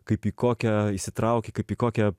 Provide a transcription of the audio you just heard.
kaip į kokią įsitrauki kaip į kokią